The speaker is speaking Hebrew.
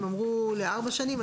הם אמרו לארבע שנים.